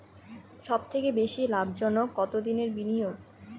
সবথেকে বেশি লাভজনক কতদিনের বিনিয়োগ?